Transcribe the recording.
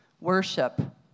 worship